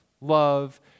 love